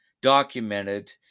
documented